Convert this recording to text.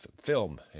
film